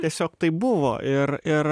tiesiog taip buvo ir ir